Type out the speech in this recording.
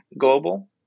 Global